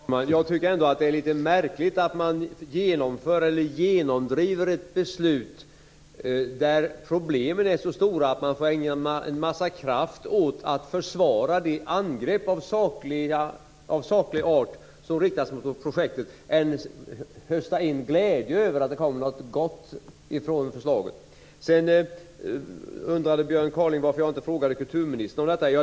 Värderade talman! Jag tycker ändå att det är litet märkligt att man genomdriver ett beslut när problemen är så stora att man får ägna en massa kraft åt att försvara de angrepp av saklig art som riktas mot projektet i stället för att hösta in glädje över att det kommer något gott från förslaget. Sedan undrade Björn Kaaling varför jag inte frågade kulturministern om detta.